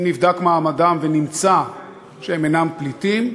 אם נבדק מעמדם ונמצא שהם אינם פליטים,